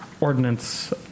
ordinance